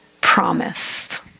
promised